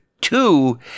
two